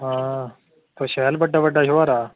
हां बा शैल बड्डा बड्डा शुहारा